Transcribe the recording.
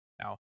Now